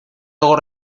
luego